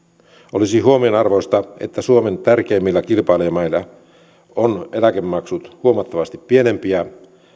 olisi huomionarvoista että suomen tärkeimmillä kilpailijamailla eläkemaksut ovat huomattavasti pienempiä